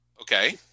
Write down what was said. Okay